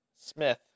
Smith